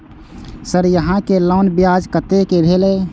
Sir यहां के loan ब्याज कतेक भेलेय?